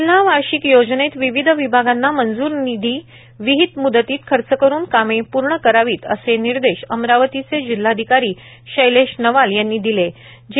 जिल्हा वार्षिक योजनेत विविध विभागांना मंजूर निधी विहित म्दतीत खर्च करून कामे पूर्ण करावीत असे निर्देश जिल्हाधिकारी शैलेश नवाल यांनी अमरावती इथं दिले